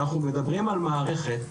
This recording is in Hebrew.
ואנחנו מדברים על מערכת,